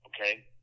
Okay